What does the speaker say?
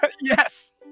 Yes